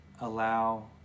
allow